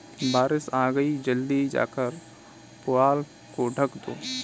बारिश आ गई जल्दी जाकर पुआल को ढक दो